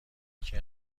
یکی